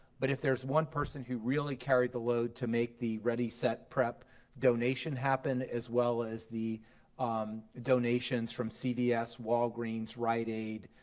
but if there's one person who really carried the load to make the ready set prep donation happen as well as the um donations from cds cvs, walgreens, rite aid,